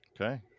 okay